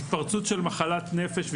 התפרצות של מחלת נפש,